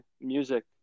music